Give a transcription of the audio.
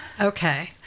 okay